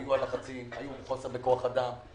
היו לחצים היה מחסור בכוח אדם,